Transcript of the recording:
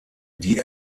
die